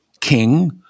king